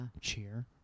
cheer